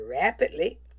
rapidly